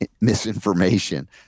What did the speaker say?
misinformation